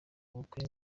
ubukwe